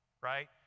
right